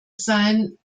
sein